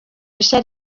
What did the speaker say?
bishya